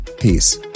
peace